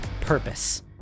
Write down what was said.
purpose